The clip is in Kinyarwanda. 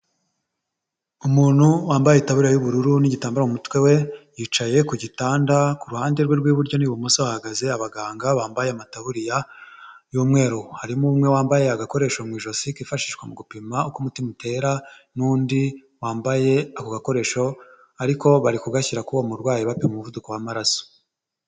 Umuntu wambaye itaburiya y'ubururu n'igitambaro mumutwe we yicaye ku gitanda kuhande rw'iburyo n'ibumoso hahagaze abaganga bambaye amatabuririya y'umweru harimo umwe wambaye agakoresho mu ijosi kifashishwa mu gupima uko umutima utera n'undi wambaye ako gakoresho ariko bari kugashyira kuruwo murwayi bapi umuvuduko w'amaraso.